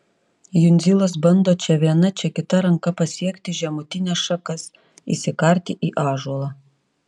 jundzilas bando čia viena čia kita ranka pasiekti žemutines šakas įsikarti į ąžuolą